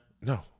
No